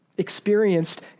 experienced